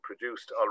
produced